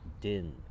Din